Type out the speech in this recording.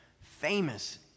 famous